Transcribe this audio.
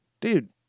Dude